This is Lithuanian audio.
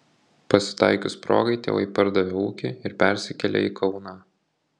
pasitaikius progai tėvai pardavė ūkį ir persikėlė į kauną